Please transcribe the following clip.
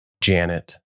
Janet